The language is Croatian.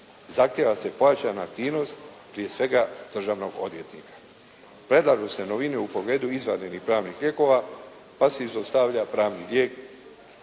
Zahtjeva se pojačana aktivnost, prije svega državnog odvjetnika. Predlažu se novine u pogledu izvanrednih pravnih lijekova, pa se izostavlja pravni lijek